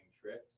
tricks